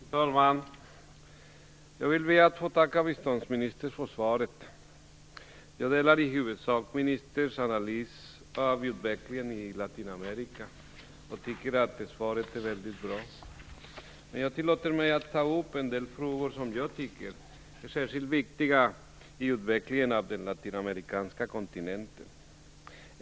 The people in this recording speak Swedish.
Fru talman! Jag skall be att få tacka biståndsministern för svaret. Jag delar i huvudsak ministerns analys av utvecklingen i Latinamerika, och jag tycker att svaret är mycket bra. Men jag tillåter mig att ta upp en del frågor som jag tycker är särskilt viktiga för utvecklingen av den latinamerikanska kontinenten.